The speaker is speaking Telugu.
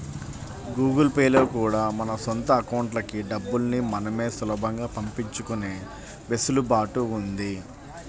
గూగుల్ పే లో కూడా మన సొంత అకౌంట్లకి డబ్బుల్ని మనమే సులభంగా పంపించుకునే వెసులుబాటు ఉంది